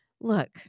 look